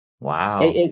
Wow